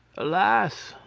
alas!